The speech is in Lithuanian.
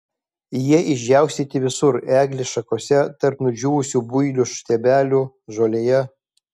jie išdžiaustyti visur eglės šakose tarp nudžiūvusių builių stiebelių žolėje